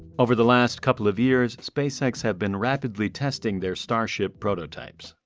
over the last couple of years spacex have been rapidly testing their starship prototypes.